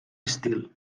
estil